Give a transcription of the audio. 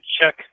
check